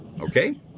okay